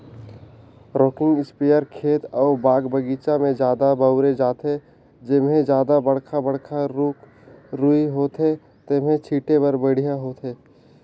rocking sprayer खेत अउ बाग बगीचा में जादा बउरे जाथे, जेम्हे जादा बड़खा बड़खा रूख राई होथे तेम्हे छीटे बर बड़िहा होथे